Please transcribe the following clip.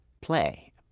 play